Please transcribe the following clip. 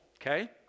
okay